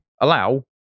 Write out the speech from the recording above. allow